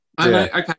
Okay